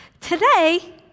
Today